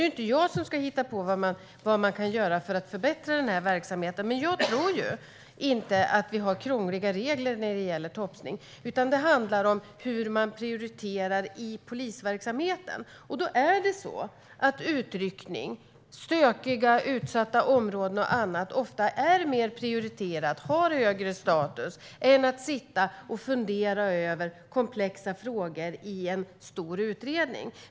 Det är inte jag som ska hitta på vad man kan göra för att förbättra verksamheten, men jag tror inte att vi har krångliga regler för topsning. Det handlar om hur man prioriterar i polisverksamheten. Att jobba med utryckning, stökiga och utsatta områden och annat är ofta mer prioriterat och har högre status än att sitta och fundera över komplexa frågor i en stor utredning.